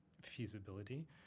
feasibility